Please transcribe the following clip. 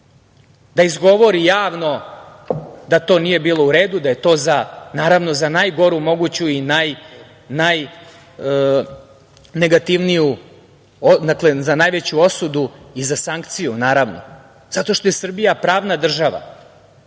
da izgovori javno da to nije bilo u redu, da je to za najgoru moguću i najnegativniju, dakle, za najveću osudu i za sankciju, naravno. Zato što je Srbija pravna država